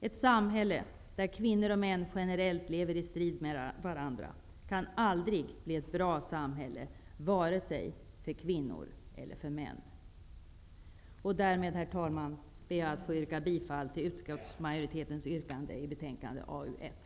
Ett samhälle där kvinnor och män generellt lever i strid med varandra kan aldrig bli ett bra samhälle, varken för kvinnor eller män. Herr talman! Därmed ber jag att få yrka bifall till utskottsmajorietetens yrkande i betänkande AU1.